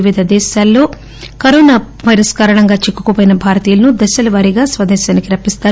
వివిధ దేశాల్లో corona virus కారణంగా చిక్కుకుపోయిన భారతీయుల ను దశలవారీగా స్వదేశానికి రప్పిస్తారు